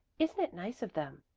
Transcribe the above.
isn't it nice of them?